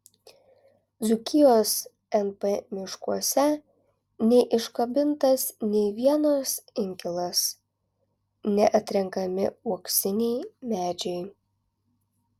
dzūkijos np miškuose neiškabintas nė vienas inkilas neatrenkami uoksiniai medžiai